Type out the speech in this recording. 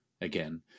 again